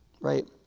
Right